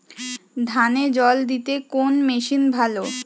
ধানে জল দিতে কোন মেশিন ভালো?